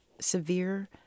severe